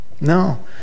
No